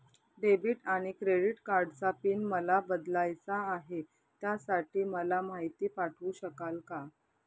Debit आणि credit कार्डचा PIN मला बदलायचा आहे, त्यासाठी मला माहिती पाठवू शकाल का?